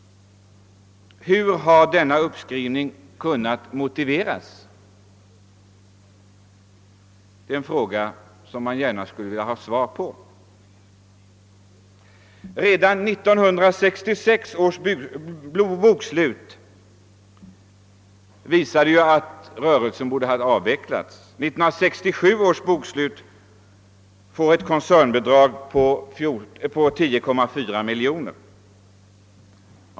Hur motiveras denna uppskrivning? Detta är en fråga som jag gärna skulle vilja ha svar på. Redan 1966 års bokslut visade att rörelsen borde ha avvecklats. I 1967 års bokslut redovisas ett koncernbidrag på 10,4 miljoner kronor.